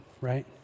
right